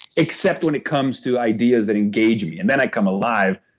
except when it comes to ideas that engage me, and then i come alive.